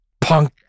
Punk